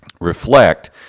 reflect